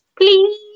Please